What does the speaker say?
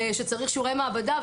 שצריך שיעורי מעבדה,